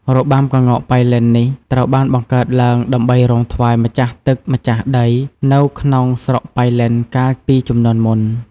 របាំក្ងោកប៉ៃលិននេះ ត្រូវបានបង្កើតឡើងដើម្បីរាំថ្វាយម្ចាស់ទឹក ម្ចាស់ដី នៅក្នុងស្រុកប៉ៃលិនកាលពីជំនាន់មុន។